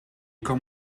kan